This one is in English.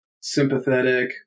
sympathetic